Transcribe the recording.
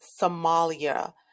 Somalia